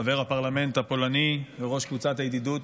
חבר הפרלמנט הפולני וראש קבוצת הידידות